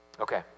Okay